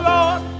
Lord